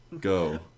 go